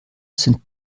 sind